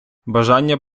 бажання